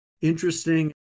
Interesting